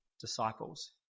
disciples